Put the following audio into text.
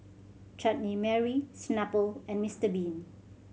Chutney Mary Snapple and Mister Bean